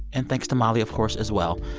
and thanks to molly, of course, as well.